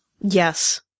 Yes